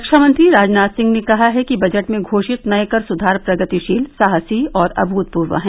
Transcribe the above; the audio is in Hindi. रक्षा मंत्री राजनाथ सिंह ने कहा है कि बजट में घोषित नए कर सुधार प्रगतिशील साहसी और अभूतपूर्व हैं